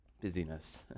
busyness